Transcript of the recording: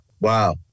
Wow